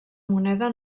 moneda